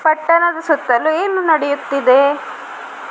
ಪಟ್ಟಣದ ಸುತ್ತಲೂ ಏನು ನಡೆಯುತ್ತಿದೆ